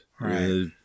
Right